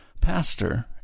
Pastor